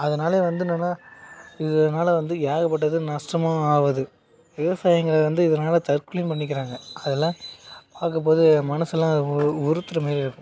அதனாலே வந்து என்னன்னால் இதனால வந்து ஏகப்பட்ட இது நஷ்டமும் ஆகுது விவசாயிங்கள் வந்து இதனால தற்கொலையும் பண்ணிக்கிறாங்க அதுலாம் பார்க்கும்போது மனசுலாம் உ உறுத்துர மாரி இருக்கும்